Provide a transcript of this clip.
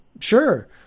sure